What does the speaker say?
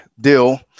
deal